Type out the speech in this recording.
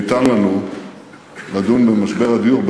על ההזדמנות שניתנה לנו לדון במשבר הדיור.